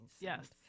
Yes